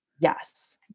Yes